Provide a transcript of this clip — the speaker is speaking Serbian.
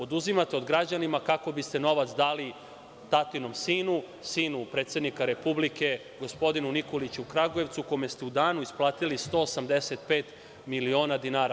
Oduzimate od građana kako biste novac dali tatinom sinu, sinu predsednika Republike, gospodinu Nikoliću u Kragujevcu, kome ste u danu isplatili 185 miliona dinara.